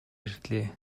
ирлээ